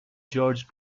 george